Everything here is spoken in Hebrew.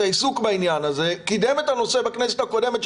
העיסוק בעניין הזה קידם את הנושא בכנסת הקודמת,